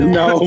no